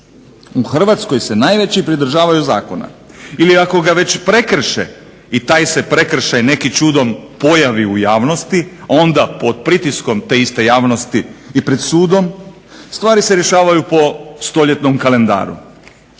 U Hrvatskoj se najveći pridržavaju Zakona ili ako ga već prekrše, i taj se prekršaj nekim čudom pojavi u javnosti, onda pod pritiskom te iste javnosti i pred sudom, stvari se rješavaju po stoljetnom kalendaru.